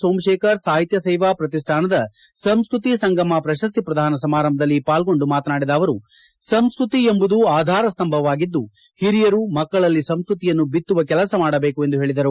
ಸೋಮಶೇಖರ್ ಸಾಹಿತ್ಯ ಸೇವಾ ಪ್ರತಿಷ್ಠಾನದ ಸಂಸ್ಕೃತಿ ಸಂಗಮ ಪ್ರಶಸ್ತಿ ಪ್ರದಾನ ಸಮಾರಂಭದಲ್ಲಿ ಪಾಲ್ಗೊಂಡು ಮಾತನಾಡಿದ ಅವರು ಸಂಸ್ಕೃತಿ ಎಂಬುದು ಆಧಾರ ಸ್ತಂಭವಾಗಿದ್ದು ಹಿರಿಯರು ಮಕ್ಕಳಲ್ಲಿ ಸಂಸ್ಟತಿಯನ್ನು ಬಿತ್ತುವ ಕೆಲಸ ಮಾಡಬೇಕು ಎಂದು ಹೇಳಿದರು